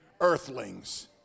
earthlings